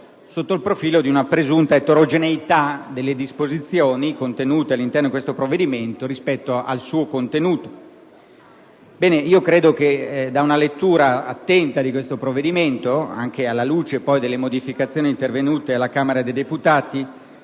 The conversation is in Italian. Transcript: sotto il profilo della presupposta eterogeneità delle disposizioni contenute nel provvedimento rispetto al suo titolo. Ebbene, credo che da una lettura attenta del provvedimento, anche alla luce delle modificazioni intervenute alla Camera dei deputati,